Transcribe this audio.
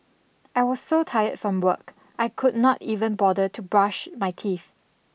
I was so tired from work I could not even bother to brush my teeth